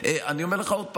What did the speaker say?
אני אומר לך עוד פעם,